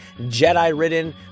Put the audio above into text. Jedi-ridden